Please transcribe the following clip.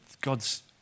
God's